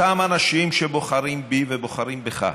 אותם אנשים, שבוחרים בי ובוחרים בך,